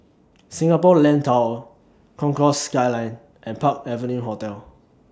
Singapore Land Tower Concourse Skyline and Park Avenue Hotel